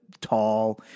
tall